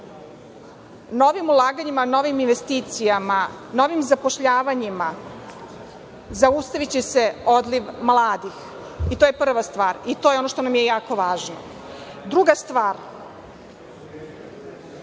Novim ulaganjima, novim investicijama, novim zapošljavanjima, zaustaviće se odliv mladih, i to je prva stvar. To je ono što nam je jako važno. Druga stvar,